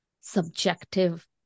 subjective